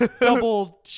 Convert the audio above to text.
Double